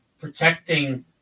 protecting